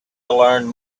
learn